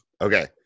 okay